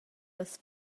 las